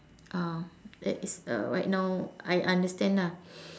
ah that is a right now I understand lah